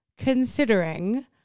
Considering